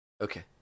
okay